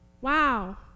Wow